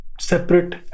separate